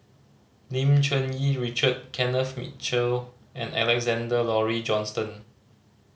Lim Cherng Yih Richard Kenneth Mitchell and Alexander Laurie Johnston